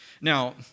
Now